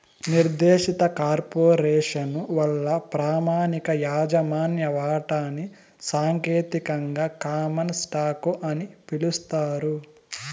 నిర్దేశిత కార్పొరేసను వల్ల ప్రామాణిక యాజమాన్య వాటాని సాంకేతికంగా కామన్ స్టాకు అని పిలుస్తారు